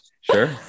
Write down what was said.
Sure